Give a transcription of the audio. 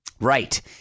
Right